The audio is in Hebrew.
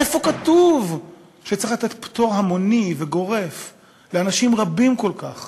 איפה כתוב שצריך לתת פטור המוני וגורף לאנשים רבים כל כך